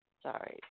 Sorry